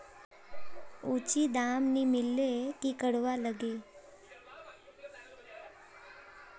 उचित दाम नि मिलले की करवार लगे?